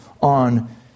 on